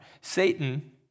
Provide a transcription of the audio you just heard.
Satan